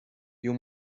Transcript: you